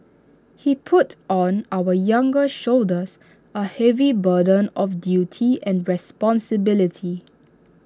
he put on our younger shoulders A heavy burden of duty and responsibility